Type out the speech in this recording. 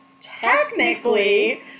technically